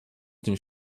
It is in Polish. tym